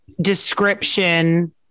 description